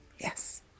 Yes